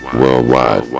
worldwide